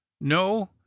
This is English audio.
no